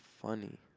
funny